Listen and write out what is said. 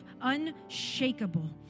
unshakable